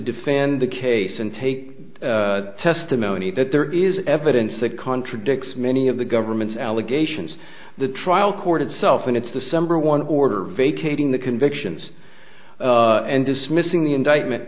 defend the case and take testimony that there is evidence that contradicts many of the government's allegations the trial court itself in its december one order vacating the convictions and dismissing the indictment